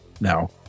No